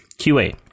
QA